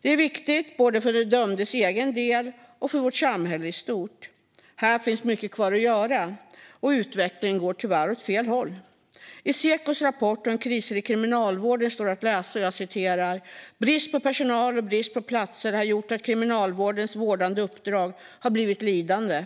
Det är viktigt både för den dömdes egen del och för vårt samhälle i stort. Här finns mycket kvar att göra, och utvecklingen går tyvärr åt fel håll. I Sekos rapport om krisen i Kriminalvården står detta att läsa: "Brist på personal och brist på platser har gjort att Kriminalvårdens vårdande uppdrag blivit lidande.